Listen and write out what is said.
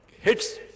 hits